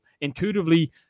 intuitively